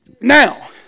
Now